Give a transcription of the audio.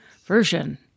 version